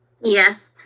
Yes